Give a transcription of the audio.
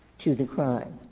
to the crime.